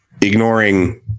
ignoring